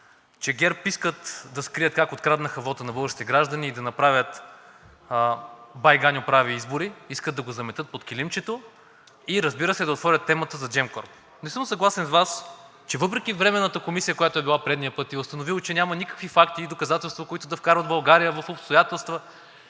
че ГЕРБ искат да скрият как откраднаха вота на българските граждани и да направят „Бай Ганьо прави избори“, искат да го заметат под килимчето и разбира се, да отворят темата за Gemcorp. Не съм съгласен с Вас, че въпреки Временната комисия, която е била предния път и е установила, че няма никакви факти и доказателства, които да вкарат България в обстоятелства,